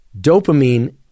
Dopamine